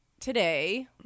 Today